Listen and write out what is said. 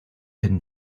hidden